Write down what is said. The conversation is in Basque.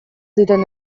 diren